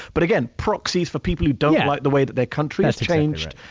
but again, proxies for people who don't like the way that their country has changed,